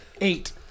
eight